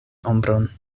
ombron